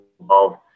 involved